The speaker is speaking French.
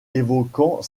évoquant